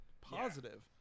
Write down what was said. positive